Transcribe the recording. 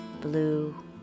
blue